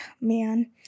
man